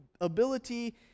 ability